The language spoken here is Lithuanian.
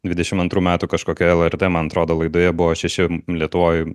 didešim antrų metų kažkokioje lrt man atrodo laidoje buvo šeši lietuvoj